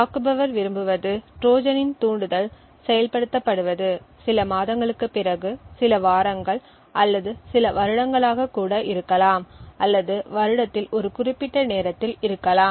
தாக்குபவர் விரும்புவது ட்ரோஜனின் தூண்டுதல் செயல்படுத்தப்படுவது சில மாதங்களுக்குப் பிறகு சில வாரங்கள் அல்லது சில வருடங்களாக கூட இருக்கலாம் அல்லது வருடத்தில் ஒரு குறிப்பிட்ட நேரத்தில் இருக்கலாம்